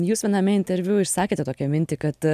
jūs viename interviu išsakėte tokią mintį kad